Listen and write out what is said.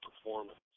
performance